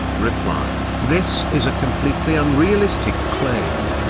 reply this is a completely unrealistic claim.